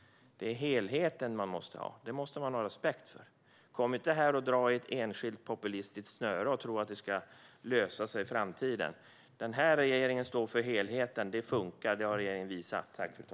Det är helheten man måste ha, och det måste man ha respekt för. Kom inte här och dra i ett enskilt populistiskt snöre och tro att det ska lösa sig i framtiden! Denna regering står för helheten. Det funkar, och det har regeringen visat.